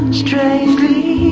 strangely